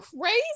crazy